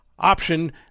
option